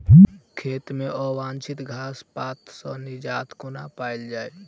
खेत मे अवांछित घास पात सऽ निजात कोना पाइल जाइ?